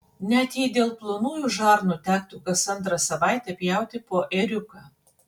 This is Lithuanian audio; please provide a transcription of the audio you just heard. net jei dėl plonųjų žarnų tektų kas antrą savaitę pjauti po ėriuką